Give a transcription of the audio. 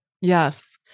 Yes